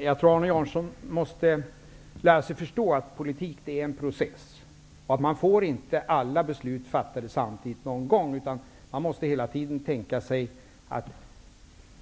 Herr talman! Arne Jansson måste nog lära sig att politik är en process. Inte någon gång fattas alla beslut samtidigt. Hela tiden måste man i stället kunna tänka: I